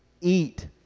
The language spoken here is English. eat